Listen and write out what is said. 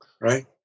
right